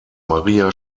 maria